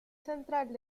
central